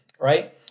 right